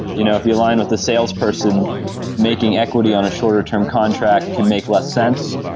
you know if you align with the salesperson making equity on a shorter-term contract can make less sense.